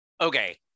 Okay